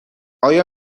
آیا